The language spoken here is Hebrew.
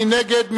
מי נגד?